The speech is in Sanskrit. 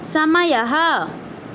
समयः